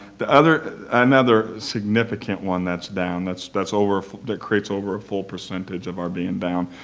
the other another significant one that's down, that's that's over that creates over a full percentage of our being down,